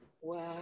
Wow